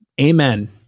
Amen